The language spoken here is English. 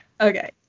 Okay